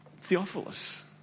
Theophilus